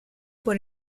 por